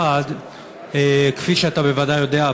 1. כפי שאתה בוודאי יודע,